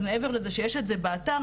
אז מעבר לזה שיש את זה באתר,